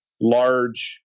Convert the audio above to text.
large